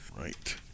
Right